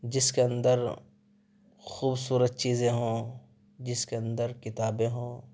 جس کے اندر خوبصورت چیزیں ہوں جس کے اندر کتابیں ہوں